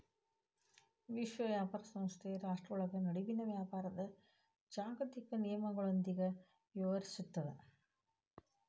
ವಿಶ್ವ ವ್ಯಾಪಾರ ಸಂಸ್ಥೆ ರಾಷ್ಟ್ರ್ಗಳ ನಡುವಿನ ವ್ಯಾಪಾರದ್ ಜಾಗತಿಕ ನಿಯಮಗಳೊಂದಿಗ ವ್ಯವಹರಿಸುತ್ತದ